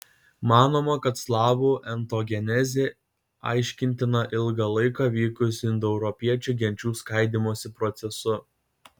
manoma kad slavų etnogenezė aiškintina ilgą laiką vykusiu indoeuropiečių genčių skaidymosi procesu